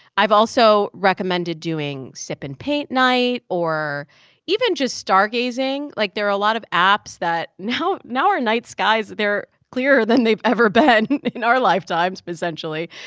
i've also recommended doing sip and paint night or even just stargazing. like, there are a lot of apps that now now our night skies they're clearer than they've ever been in our lifetimes, but essentially.